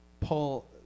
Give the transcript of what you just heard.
Paul